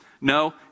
No